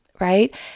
right